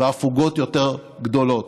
בהפוגות יותר גדולות.